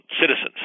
citizens